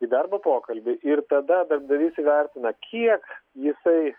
į darbo pokalbį ir tada darbdavys įvertina kiek jisai